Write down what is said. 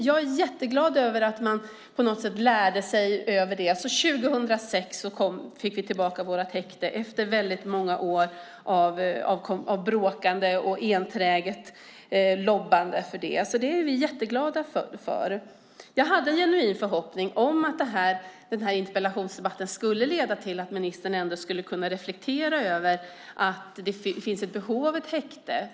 Jag är jätteglad att man lärde sig av detta och att vi 2006 fick tillbaka vårt häkte, efter många år av bråkande och enträget lobbande. Jag hade en genuin förhoppning om att den här interpellationsdebatten skulle leda till att ministern kunde reflektera över behovet av ett häkte.